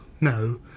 No